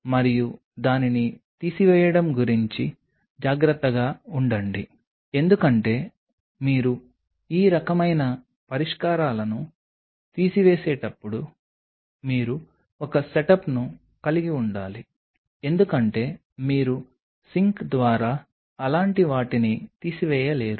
మరియు దానిని తీసివేయడం గురించి జాగ్రత్తగా ఉండండి ఎందుకంటే మీరు ఈ రకమైన పరిష్కారాలను తీసివేసేటప్పుడు మీరు ఒక సెటప్ను కలిగి ఉండాలి ఎందుకంటే మీరు సింక్ ద్వారా అలాంటి వాటిని తీసివేయలేరు